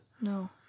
No